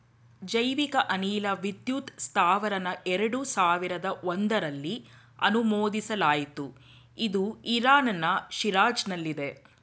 ಜೈವಿಕ ಅನಿಲ ವಿದ್ಯುತ್ ಸ್ತಾವರನ ಎರಡು ಸಾವಿರ್ದ ಒಂಧ್ರಲ್ಲಿ ಅನುಮೋದಿಸಲಾಯ್ತು ಇದು ಇರಾನ್ನ ಶಿರಾಜ್ನಲ್ಲಿದೆ